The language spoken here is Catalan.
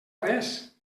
res